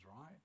right